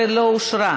13 לא אושרה.